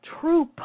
true